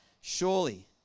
Surely